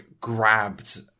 grabbed